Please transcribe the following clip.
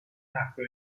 nacque